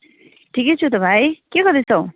ठिकै छु त भाइ के गर्दैछौ